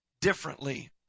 differently